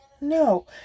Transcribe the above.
No